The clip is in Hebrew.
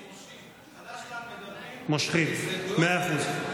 מושכים, מושכים.